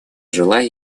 желаю